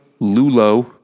Lulo